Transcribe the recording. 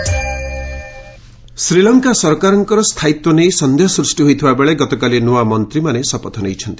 ଶ୍ରୀଲଙ୍କା ଶପଥ ଶ୍ରୀଲଙ୍କା ସରକାରଙ୍କ ସ୍ଥାୟୀତ୍ୱ ନେଇ ସନ୍ଦେହ ସୃଷ୍ଟି ହୋଇଥିବା ବେଳେ ଗତକାଲି ନୂଆ ମନ୍ତ୍ରୀମାନେ ଶପଥ ନେଇଛନ୍ତି